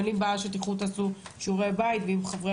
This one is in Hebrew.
אין לי בעיה שתעשו שיעורי בית ואם חברי